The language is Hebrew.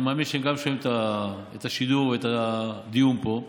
אני מאמין שהם גם שומעים את השידור, את הדיון פה.